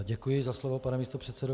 Děkuji za slovo, pane místopředsedo.